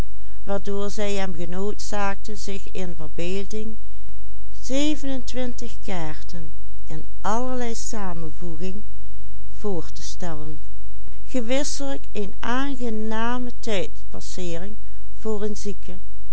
in allerlei samenvoeging voor te stellen gewisselijk een aangename tijdpasseering voor een zieke